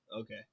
okay